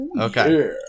okay